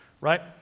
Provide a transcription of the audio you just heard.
Right